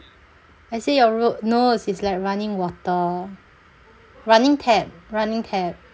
I say your ro~ nose is like running water running tap running tap